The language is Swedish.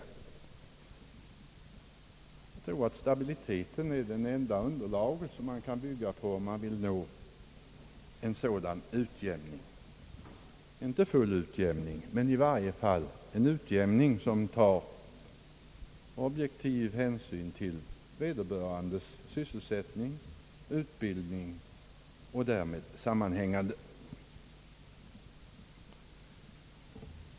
Jag tror att stabiliteten är det enda underlag som man kan bygga på om man vill nå en utjämning, inte full utjämning men i varje fall en sådan utjämning som objektivt tar hänsyn till vederbörandes sysselsättning, utbildning och därmed sammanhängande faktorer.